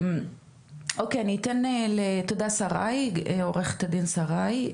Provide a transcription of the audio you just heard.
אז תודה לעורכת הדין שריי גבאי.